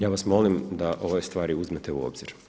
Ja vas molim da ove stvari uzmete u obzir.